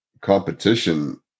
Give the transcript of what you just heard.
competition